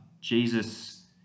Jesus